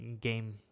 game